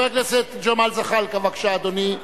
חבר הכנסת ג'מאל זחאלקה, בבקשה, אדוני.